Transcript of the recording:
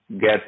get